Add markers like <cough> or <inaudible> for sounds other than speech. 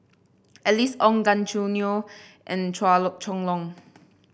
Alice Ong Gan Choo Neo and Chua <unintelligible> Chong Long